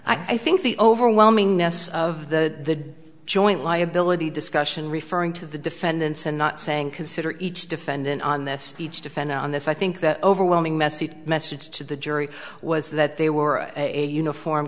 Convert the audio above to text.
here i think the overwhelming ness of the joint liability discussion referring to the defendants and not saying consider each defendant on this each defendant on this i think that overwhelming message message to the jury was that they were a uniform